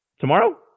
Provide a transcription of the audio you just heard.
tomorrow